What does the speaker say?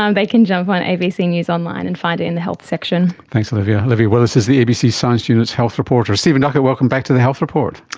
um they can jump on abc news online and find it in the health section. thanks olivia. olivia willis is the abc's science unit's health reporter. stephen duckett, welcome back to the health report.